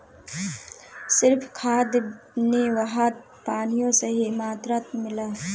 सिर्फ खाद नी वहात पानियों सही मात्रात मिला